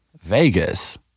Vegas